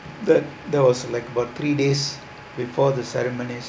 but there was like about three days before the ceremonies